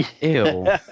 Ew